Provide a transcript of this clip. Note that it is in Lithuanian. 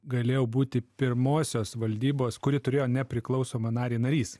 galėjau būti pirmosios valdybos kuri turėjo nepriklausomą narį narys